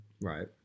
Right